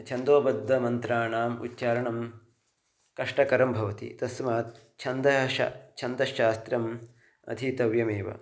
छन्दोबद्धमन्त्राणाम् उच्चारणं कष्टकरं भवति तस्मात् छन्दः शास्त्रं छन्दश्शास्त्रम् अधीतव्यमेव